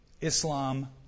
Islam